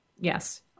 Yes